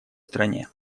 стране